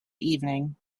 evening